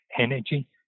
energy